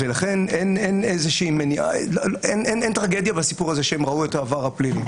לכן אין טרגדיה בסיפור הזה שהם ראו את העבר הפלילי.